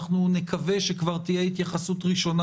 אנחנו נקווה שכבר תהיה התייחסות ראשונה